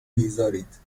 بیزارید